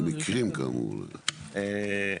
למקרים כאמור, אולי.